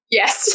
yes